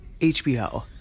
HBO